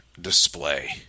display